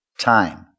time